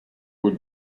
would